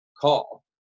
call